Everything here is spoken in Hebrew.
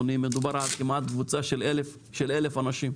מדובר על קבוצה של כ-1,000 אנשים.